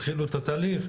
התחילו את התהליך,